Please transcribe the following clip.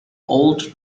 old